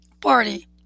Party